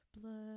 blood